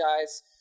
guys